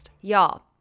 Y'all